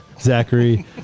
Zachary